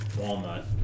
walnut